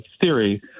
theory